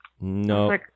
No